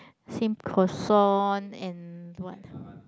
same croissant and what